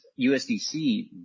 USDC